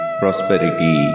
prosperity